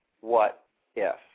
what-if